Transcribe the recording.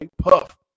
Puff